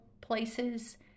places